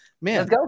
Man